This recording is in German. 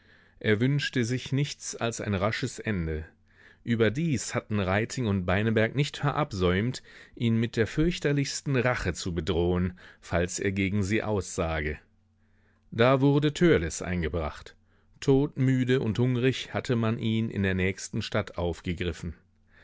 er wünschte sich nichts als ein rasches ende überdies hatten reiting und beineberg nicht verabsäumt ihn mit der fürchterlichsten rache zu bedrohen falls er gegen sie aussage da wurde törleß eingebracht todmüde und hungrig hatte man ihn in der nächsten stadt aufgegriffen